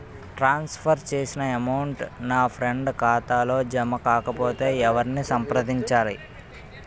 ట్రాన్స్ for చేసిన amount నా friend ఖాతాలో జమ కాకపొతే ఎవరిని సంప్రదించాలి?